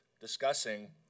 discussing